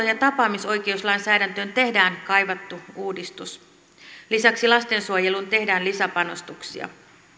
ja tapaamisoikeuslainsäädäntöön tehdään kaivattu uudistus lisäksi lastensuojeluun tehdään lisäpanostuksia